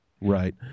Right